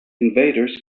invaders